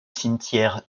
cimetière